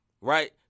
right